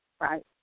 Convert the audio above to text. Right